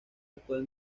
actual